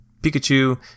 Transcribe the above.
Pikachu